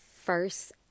first